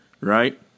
right